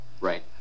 Right